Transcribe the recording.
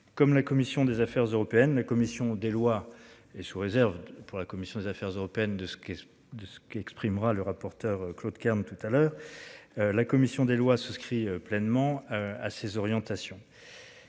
Comme la commission des Affaires européennes. La commission des lois et sous réserve pour la commission des Affaires européennes de ce que, de ce qu'exprimera le rapporteur Claude Kern tout à l'heure. La commission des lois souscrit pleinement à ces orientations.